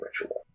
ritual